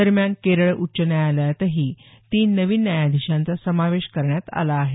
दरम्यानकेरळ उच्च न्यायालयातही तीन नवीन न्यायाधीशांचा समावेश करण्यात आला आहे